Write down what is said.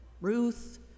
Ruth